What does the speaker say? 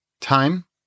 Time